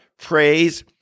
praise